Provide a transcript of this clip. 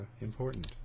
important